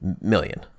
Million